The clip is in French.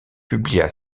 publia